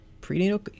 prenatal